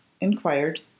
inquired